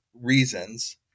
reasons